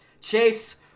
chase